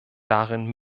darin